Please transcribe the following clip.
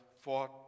fought